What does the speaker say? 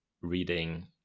reading